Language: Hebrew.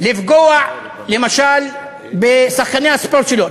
לפגוע למשל בשחקני הספורט שלו.